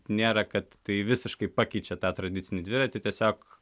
nėra kad tai visiškai pakeičia tą tradicinį dviratį tiesiog